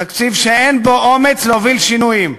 תקציב שאין בו אומץ להוביל שינויים.